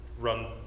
run